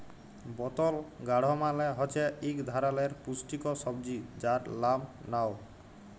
বতল গাড় মালে হছে ইক ধারালের পুস্টিকর সবজি যার লাম লাউ